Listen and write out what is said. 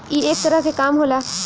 ई एक तरह के काम होला